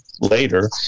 later